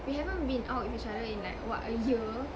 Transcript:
we haven't been out with each other in like what a year